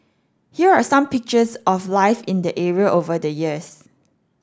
here are some pictures of life in the area over the years